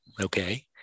okay